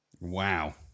Wow